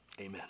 Amen